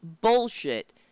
bullshit